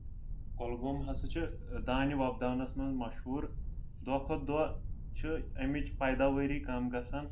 کۄلگوم ہسا چھُ دانہِ وۄپداونس منٛز مشہوٗر دۄہ کھۄتہٕ دۄہ چھِ امِچ پایداوٲری کم گژھان